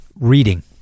reading